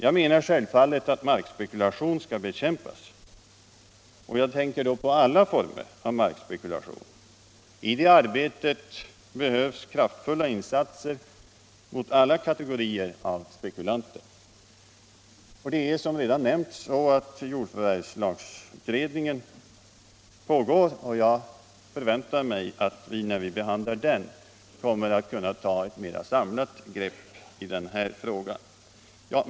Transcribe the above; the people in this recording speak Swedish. Jag menar självfallet att markspekulation skall bekämpas, och jag tänker då på alla former av markspekulation. I det arbetet behövs kraftfulla insatser mot alla kategorier av spekulanter. Som redan nämnts pågår en utredning angående jordförvärvslagen, och jag förväntar mig att vi när vi behandlar den kan ta ett samlat grepp på den här frågan.